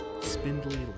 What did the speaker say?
spindly